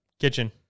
Kitchen